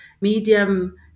medium